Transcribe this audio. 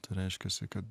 tai reiškiasi kad